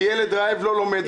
כי ילד רעב לא לומד,